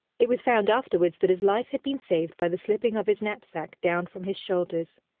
it was found afterwards that his life had been saved by the slipping of his knapsack down from his shoulders.